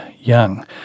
Young